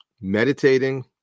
meditating